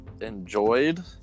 enjoyed